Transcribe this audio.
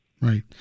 Right